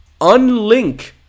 unlink